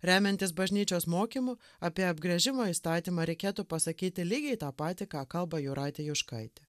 remiantis bažnyčios mokymu apie apgręžimo įstatymą reikėtų pasakyti lygiai tą patį ką kalba jūratė juškaitė